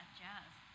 jazz